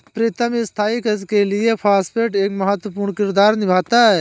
प्रीतम स्थाई कृषि के लिए फास्फेट एक महत्वपूर्ण किरदार निभाता है